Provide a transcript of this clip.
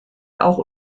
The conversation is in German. auch